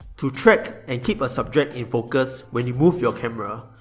to track and keep a subject in focus when you move your camera,